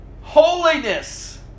Holiness